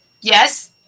yes